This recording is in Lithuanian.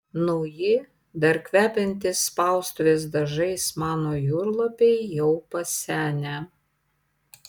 nauji dar kvepiantys spaustuvės dažais mano jūrlapiai jau pasenę